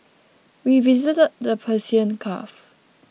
we visited the Persian Gulf